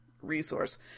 resource